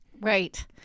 Right